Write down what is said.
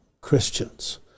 Christians